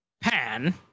Pan